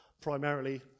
primarily